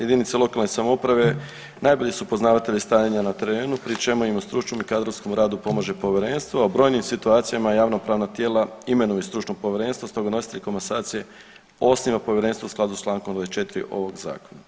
Jedinice lokalne samouprave najbolji su poznavatelji stanja na terenu pri čemu im u stručnom i kadrovskom radu pomaže povjerenstvo, a u brojim situacijama javnopravna tijela imenuje stručno povjerenstvo stoga nositelj komasacije osniva povjerenstvo u skladu s čl. 24. ovog zakona.